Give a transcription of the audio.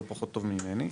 לא פחות טוב ממני,